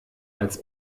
als